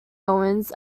owens